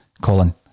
Colin